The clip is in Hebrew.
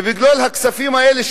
ובגלל הכספים האלה,